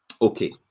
Okay